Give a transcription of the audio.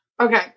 Okay